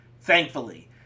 thankfully